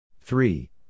three